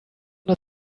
not